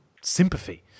sympathy